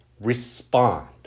respond